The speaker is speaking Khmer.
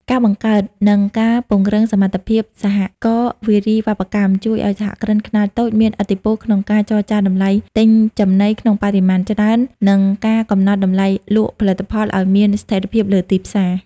ការបង្កើត និងការពង្រឹងសមត្ថភាពសហករណ៍វារីវប្បកម្ម ជួយឱ្យសហគ្រិនខ្នាតតូចមានឥទ្ធិពលក្នុងការចរចាតម្លៃទិញចំណីក្នុងបរិមាណច្រើន និងការកំណត់តម្លៃលក់ផលិតផលឱ្យមានស្ថិរភាពលើទីផ្សារ។